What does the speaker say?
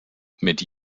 mit